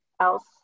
else